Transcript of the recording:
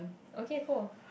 okay cool